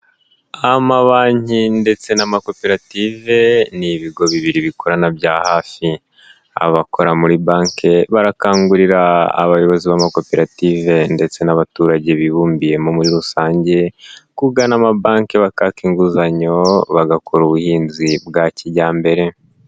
Amabanki ndetse n'amakoperative ni ibigo bibiri bikorana bya hafi, abakora muri banki barakangurira abayobozi b'amakoperative ndetse n'abaturage bibumbiyemo muri rusange kugana amabanki bakabaha inguzanyo bagakora ubuhinzi bwa kijyambere.